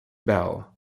bell